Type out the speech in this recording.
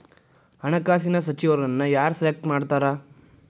ಹಣಕಾಸಿನ ಸಚಿವರನ್ನ ಯಾರ್ ಸೆಲೆಕ್ಟ್ ಮಾಡ್ತಾರಾ